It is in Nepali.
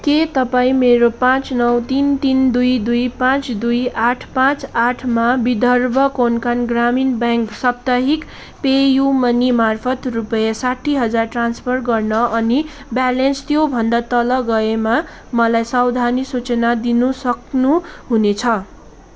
के तपाईँ मेरो पाचँ नौ तिन तिन दुई दुई पाचँ दुई आठ पाचँ आठमा विदर्भ कोंकण ग्रामीण ब्याङ्क साप्ताहिक पेयू मनी मार्फत रुपैयाँ साठी हजार ट्रान्सफर गर्न अनि ब्यालेन्स त्यो भन्दा तल गएमा मलाई सावधानी सूचना दिनुसक्नु हुनेछ